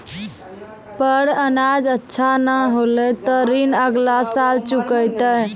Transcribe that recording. पर अनाज अच्छा नाय होलै तॅ ऋण अगला साल चुकैतै